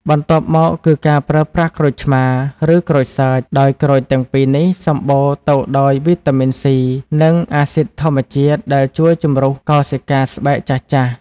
បន្ទាប់មកគឺ ការប្រើប្រាស់ក្រូចឆ្មារ ឬក្រូចសើច ដោយក្រូចទាំងពីរនេះសម្បូរទៅដោយវីតាមីន សុី (C) និងអាស៊ីដធម្មជាតិដែលជួយជម្រុះកោសិកាស្បែកចាស់ៗ។